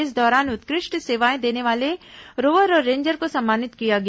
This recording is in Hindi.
इस दौरान उत्कृष्ट सेवाएं देने वाले रोवर और रेंजर को सम्मानित किया गया